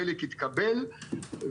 חלק התקבלו,